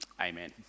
amen